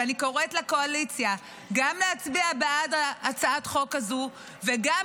ואני קוראת לקואליציה גם להצביע בעד הצעת החוק הזו וגם